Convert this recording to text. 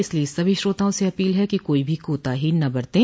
इसलिए सभी श्रोताओं से अपील है कि कोई भी कोताही न बरतें